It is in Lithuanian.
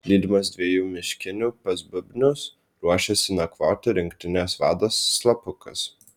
lydimas dviejų miškinių pas bubnius ruošiasi nakvoti rinktinės vadas slapukas